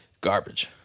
Garbage